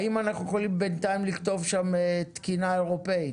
האם אנחנו יכולים בינתיים לכתוב שם תקינה אירופאית?